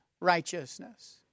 righteousness